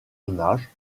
image